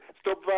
stop